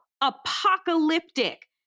apocalyptic